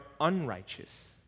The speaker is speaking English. unrighteous